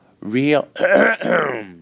real